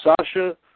Sasha